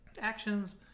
actions